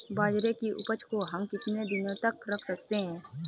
बाजरे की उपज को हम कितने दिनों तक रख सकते हैं?